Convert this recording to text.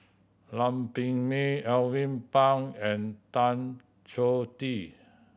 Lam Pin Min Alvin Pang and Tan Choh Tee